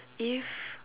if